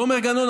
תומר גנון,